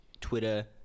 Twitter